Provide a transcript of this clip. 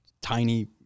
tiny